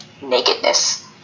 Nakedness